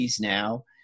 now